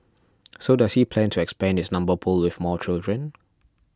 so does he plan to expand his number pool with more children